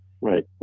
right